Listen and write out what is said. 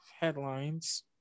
headlines